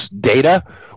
data